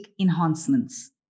enhancements